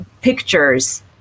pictures